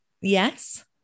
Yes